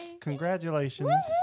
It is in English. congratulations